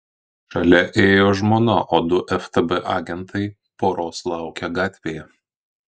šalia ėjo žmona o du ftb agentai poros laukė gatvėje